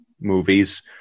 movies